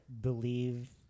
believe